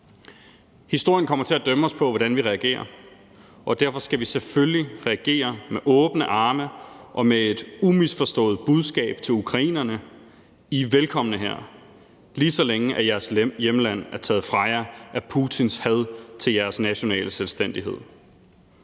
Historien kommer til at dømme os på, hvordan vi reagerer, og derfor skal vi selvfølgelig reagere med åbne arme og med et umisforståeligt budskab til ukrainerne: I er velkomne her, lige så længe jeres hjemland er taget fra jer af Putins had til jeres nationale selvstændighed.